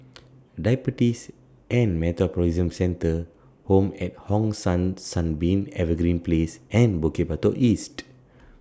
Diabetes and Metabolism Centre Home At Hong San Sunbeam Evergreen Place and Bukit Batok East